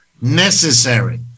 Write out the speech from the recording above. necessary